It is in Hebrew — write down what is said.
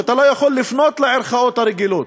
שאתה לא יכול לפנות לערכאות הרגילות,